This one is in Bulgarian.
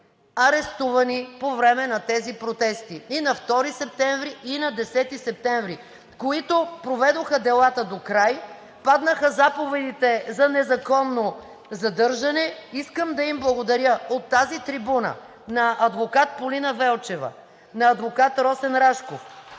арестувани по време на тези протести – и на 2 септември, и на 10 септември, които проведоха делата докрай, паднаха заповедите за незаконно задържане. Искам да им благодаря от тази трибуна: на адвокат Полина Велчева, на адвокат Росен Рашков,